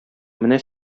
менә